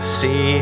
see